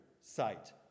sight